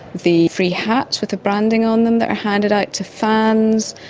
the free hats with the branding on them that are handed out to fans,